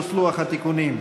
פלוס לוח התיקונים,